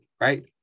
right